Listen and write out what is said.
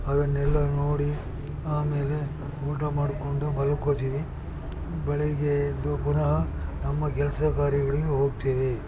ಅದನ್ನೆಲ್ಲ ನೋಡಿ ಆಮೇಲೆ ಊಟ ಮಾಡಿಕೊಂಡು ಮಲ್ಕೊಳ್ತೀವಿ ಬೆಳಗ್ಗೆ ಎದ್ದು ಪುನಃ ನಮ್ಮ ಕೆಲಸ ಕಾರ್ಯಗಳಿಗೆ ಹೋಗ್ತೇವೆ